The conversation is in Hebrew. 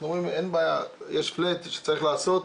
אנחנו אומרים: אין בעיה, יש "פלאט" שצריך לעשות,